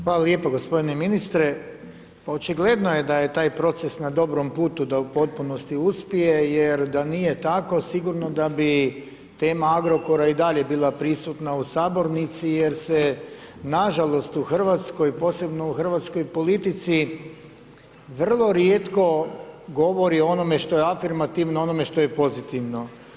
Hvala lijepo g. ministre, očigledno je da je taj proces na dobrom putu da u potpunosti uspije, jer da nije tako, sigurno da bi tema Agrokora i dalje bila prisutna u sabornici, jer se nažalost u Hrvatskoj, posebno u Hrvatskoj politici vrlo rijetko govori o onome što je afirmativno, o onome što je pozitivno.